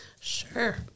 Sure